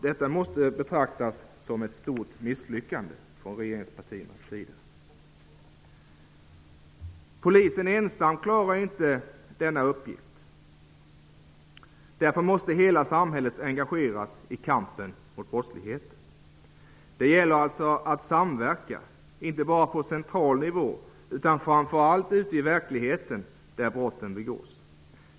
Detta måste betraktas som ett stort misslyckande från regeringspartiernas sida. Polisen ensam klarar inte denna uppgift. Därför måste hela samhället engageras i kampen mot brottsligheten. Det gäller att samverka -- inte bara på central nivå, utan framför allt ute i verkligheten där brotten begås.